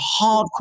hardcore